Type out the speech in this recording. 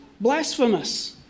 blasphemous